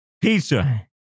Pizza